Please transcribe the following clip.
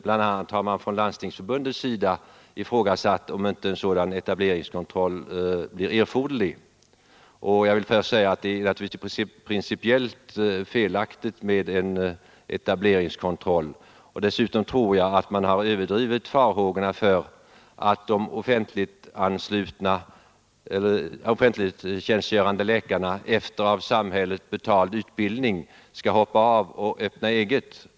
Bl.a. har från Landstingsförbundets sida ifrågasatts om inte en sådan kontroll blir erforderlig. Jag vill först säga att det naturligtvis är principiellt felaktigt med en etableringskontroll. Dessutom tror jag att man överdrivit farhågorna för att de offentligtjänstgörande läkarna efter av samhället betald utbildning skall hoppa av och öppna eget.